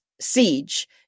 siege